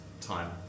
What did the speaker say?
time